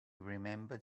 remembered